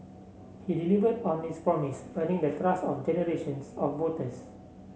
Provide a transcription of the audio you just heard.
he delivered on this promise earning the trust of generations of voters